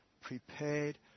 prepared